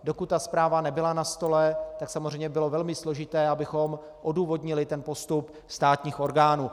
Dokud zpráva nebyla na stole, tak samozřejmě bylo velmi složité, abychom odůvodnili postup státních orgánů.